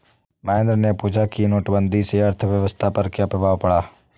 महेंद्र ने पूछा कि नोटबंदी से अर्थव्यवस्था पर क्या प्रभाव पड़ा